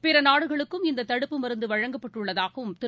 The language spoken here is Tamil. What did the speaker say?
பிறநாடுகளுக்கும் இந்ததடுப்பு மருந்துவழங்கப்பட்டுள்ளதாகவும் திரு